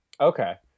okay